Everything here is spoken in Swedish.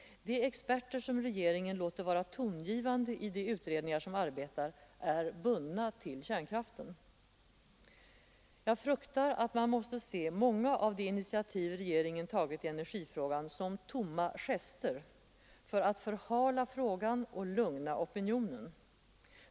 De experter som regeringen låter vara tongivande i de utredningar som arbetar är bundna till kärnkraften. Jag fruktar att man måste se många av de initiativ regeringen tagit i energifrågan som tomma gester för att förhala frågan och lugna opinionen.